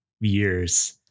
years